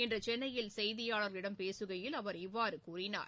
இன்று சென்னையில் செய்தியாளர்களிடம் பேசுகையில் அவர் இவ்வாறு கூறினார்